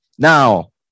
now